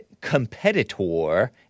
competitor